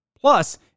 plus